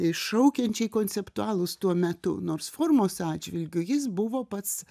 iššaukiančiai konceptualūs tuo metu nors formos atžvilgiu jis buvo pats